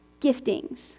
giftings